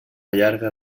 llarga